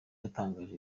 yatangaga